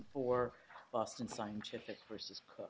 for boston scientific versus